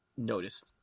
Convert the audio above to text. noticed